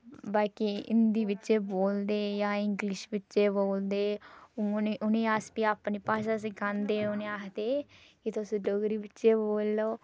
बाकी हिंदी बिच बोलदे जां इंग्लिश बिच बोलदे उ'ने उ'नें अस फ्ही अपनी भाशा सिखांदे उ'नें आखदे के तुस डोगरी बिच गै बोल्लो